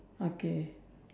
okay